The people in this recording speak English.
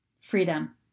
Freedom